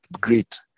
great